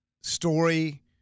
Story